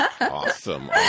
awesome